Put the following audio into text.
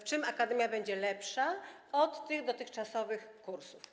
W czym akademia będzie lepsza od dotychczasowych kursów?